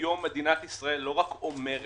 היום מדינת ישראל לא רק אומרת.